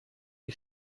die